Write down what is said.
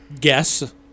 guess